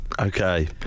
Okay